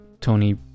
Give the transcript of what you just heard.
Tony